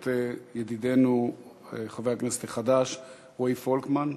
את ידידנו חבר הכנסת החדש רועי פולקמן.